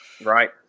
Right